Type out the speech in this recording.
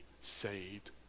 saved